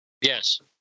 Yes